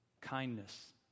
kindness